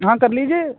हाँ कर लीजिए